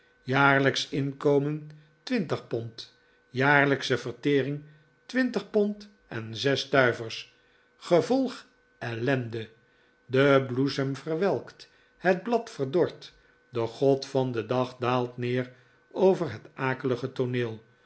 jaarlijksch inkomen twintig pond jaarlijksche vertering twintig pond en zes stuivers gevolg ellende de bloesem verwelkt het blad verdort de god van den dag daalt neer over het akelige tooneel